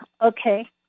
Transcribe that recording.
Okay